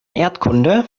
erdkunde